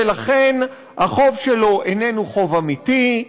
ולכן החוב שלו איננו חוב אמיתי,